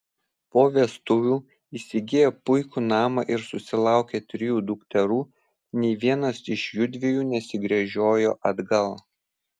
po vestuvių įsigiję puikų namą ir susilaukę trijų dukterų nė vienas iš jųdviejų nesigręžiojo atgal